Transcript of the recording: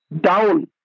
down